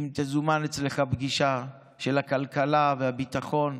אם תזומן אצלך פגישה של הכלכלה והביטחון,